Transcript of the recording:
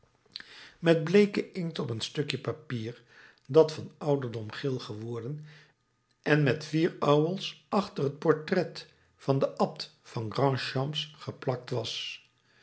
met bleeken inkt op een stukje papier dat van ouderdom geel geworden en met vier ouwels achter het portret van den abt van grand champs geplakt was